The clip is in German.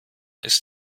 ist